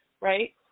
right